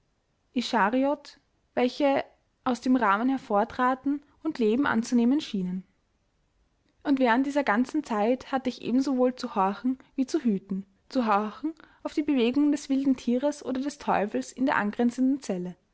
welche aus dem rahmen hervortraten und leben anzunehmen schienen und während dieser ganzen zeit hatte ich ebensowohl zu horchen wie zu hüten zu horchen auf die bewegungen des wilden tieres oder des teufels in der angrenzenden zelle